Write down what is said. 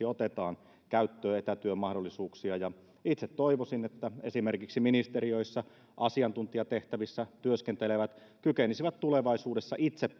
otetaan käyttöön etätyömahdollisuuksia itse toivoisin että esimerkiksi ministeriöissä asiantuntijatehtävissä työskentelevät kykenisivät tulevaisuudessa itse